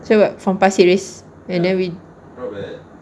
so what from pasir ris and then we